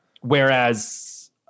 Whereas